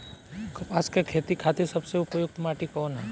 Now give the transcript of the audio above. कपास क खेती के खातिर सबसे उपयुक्त माटी कवन ह?